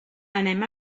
anem